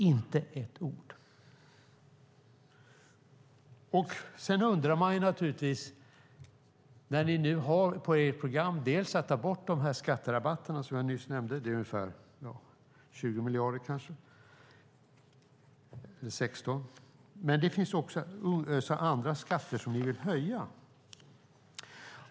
Det står inte ett ord om detta. Ni har i ert program att ta bort skatterabatterna som jag nyss nämnde. Det är ungefär 20 miljarder, eller 16. Men det finns också andra skatter som ni vill höja.